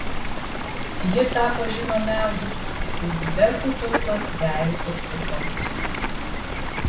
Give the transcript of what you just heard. ji tapo žinomiausiu uzbekų tautos veidu ir balsu